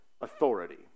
authority